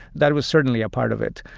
that was certainly a part of it.